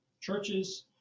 churches